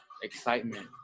Excitement